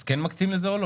אז כן מקצים לזה או לא?